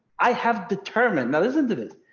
i have determined now listen to this.